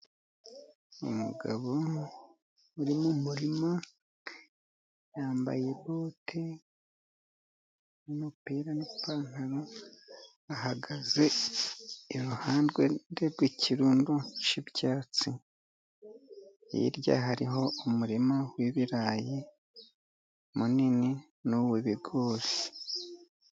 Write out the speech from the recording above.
Umugabo uri mu murima, yambaye bote n'umupira n'ipantaro, ahagaze iruhande rw'ikirundo cyi'ibyatsi. Hirya hariho umurima w'ibirayi munini n'uw'ibigori.